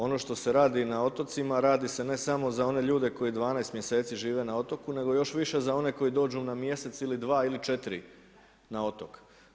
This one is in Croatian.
Ono što se radi na otocima, radi se ne samo za one ljude, koji 12 mj. žive na otoku, nego još više koji dođu na mjesec ili 2 ili 4 na otok.